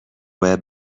باید